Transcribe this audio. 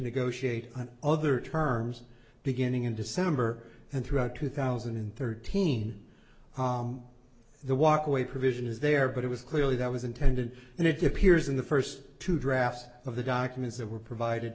negotiate on other terms beginning in december and throughout two thousand and thirteen the walkway provision is there but it was clearly that was intended and it appears in the first two drafts of the documents that were provided